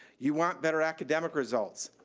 you want better academic results,